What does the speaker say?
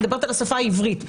אני מדברת על השפה העברית.